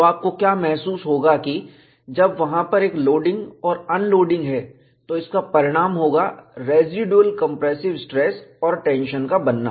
तो आपको क्या महसूस होगा कि जब वहां पर एक लोडिंग और अनलोडिंग है तो इसका परिणाम होगा रेसीडुएल कंप्रेसिव स्ट्रेस और टेंशन का बनना